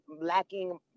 lacking